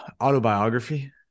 autobiography